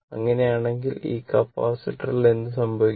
അങ്ങനെയാണെങ്കിൽ ഈ കപ്പാസിറ്റർ എന്ത് സംഭവിക്കും